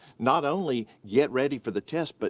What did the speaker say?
not only get ready for the test, but